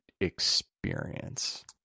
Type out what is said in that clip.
experience